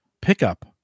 pickup